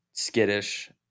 skittish